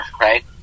right